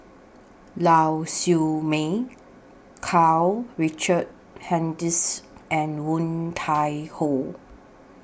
Lau Siew Mei Karl Richard Hanitsch and Woon Tai Ho